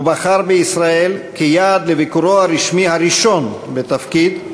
הוא בחר בישראל כיעד לביקורו הרשמי הראשון בתפקיד,